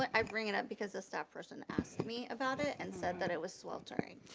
i bring it up because a staff person asked me about it and said that it was sweltering.